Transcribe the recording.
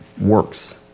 works